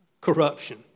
Corruption